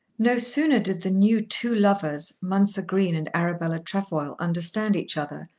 no sooner did the new two lovers, mounser green and arabella trefoil, understand each other,